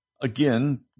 Again